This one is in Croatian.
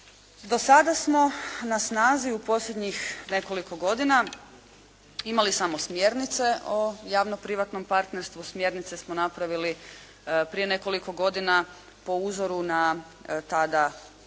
Do sada smo na snazi u posljednjih nekoliko godina imali samo smjernice o javno privatnom partnerstvu, smjernice smo napravili prije nekoliko godina po uzoru na tada